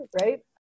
Right